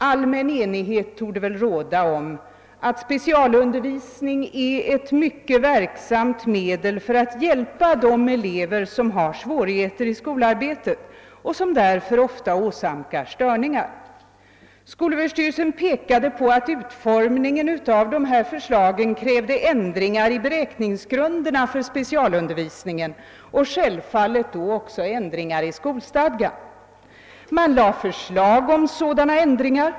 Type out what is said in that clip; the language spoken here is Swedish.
Allmän enighet torde väl råda om att specialundervisning är ett mycket verksamt medel för att hjälpa de elever som har svårigheter i skolarbetet och som därför ofta åsamkar störningar. Skolöverstyrelsen pekade på att utformningen av dessa förslag krävde ändringar i beräkningsgrunderna för specialundervisningen och självfallet då också ändringar i skolstadgan. Förslag framlades om sådana ändringar.